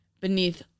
beneath